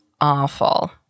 awful